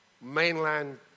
mainland